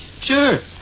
Sure